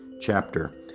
chapter